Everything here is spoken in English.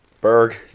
Berg